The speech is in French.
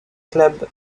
club